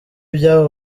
ibyabo